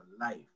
life